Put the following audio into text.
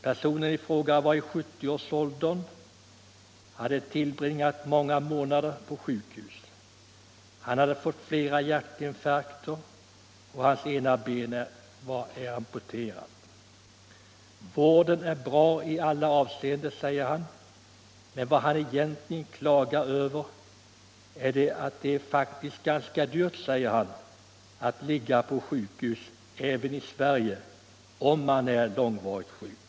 Personen i fråga var i 70-årsåldern och hade tillbringat många månader på sjukhus. Han har fått flera hjärtinfarkter och hans ena ben är amputerat. Vården var i alla avseenden bra, sade han. Vad han egentligen klagade över var att det faktiskt är ganska dyrt att ligga på sjukhus, även i Sverige, om man är långvarigt sjuk.